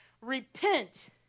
repent